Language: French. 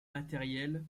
matériels